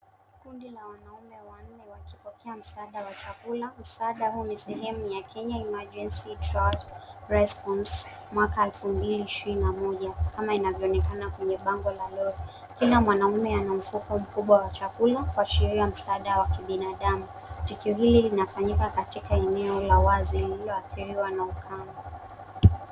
Kundi la wanaume wanne wakipokea msaada wa chakula. Msaada huu ni sehemu ya Kenya emergency drought response mwaka elfu mbili ishirini na moja, kama inavyoonekana kwenye bango la lori. Kila mwanaume ana mfuko mkubwa wa chakula, kuashira msaada wa kibinadamu. Tukio hili linafanyika katika eneo la wazi, lililoadhiriwa na ukame.